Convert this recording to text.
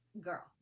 Girl